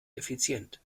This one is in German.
effizient